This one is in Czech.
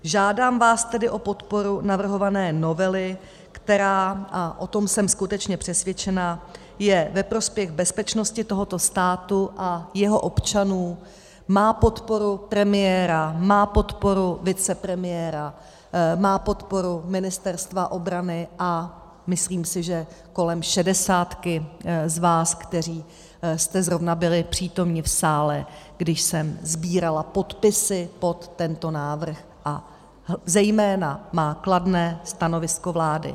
Žádám vás tedy o podporu navrhované novely, která, a o tom jsem skutečně přesvědčena, je ve prospěch bezpečnosti tohoto státu a jeho občanů, má podporu premiéra, má podporu vicepremiéra, má podporu Ministerstva obrany, a myslím si, že kolem šedesátky z vás, kteří jste zrovna byli přítomni v sále, když jsem sbírala podpisy pod tento návrh, a zejména má kladné stanovisko vlády.